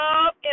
love